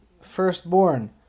firstborn